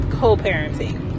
co-parenting